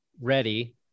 ready